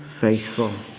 faithful